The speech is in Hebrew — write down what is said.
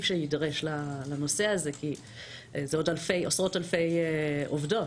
שיידרש לנושא הזה כי זה עוד עשרות-אלפי עובדות,